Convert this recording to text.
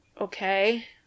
okay